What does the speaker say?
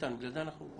לכן אנחנו כאן.